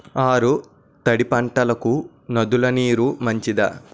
ఆరు తడి పంటలకు నదుల నీరు మంచిదా?